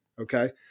okay